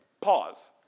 pause